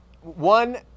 One